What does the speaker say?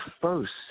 first